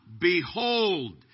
behold